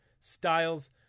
Styles